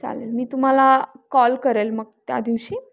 चालेल मी तुम्हाला कॉल करेल मग त्या दिवशी